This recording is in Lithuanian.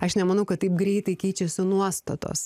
aš nemanau kad taip greitai keičiasi nuostatos